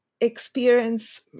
experience